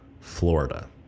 Florida